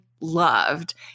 loved